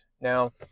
Now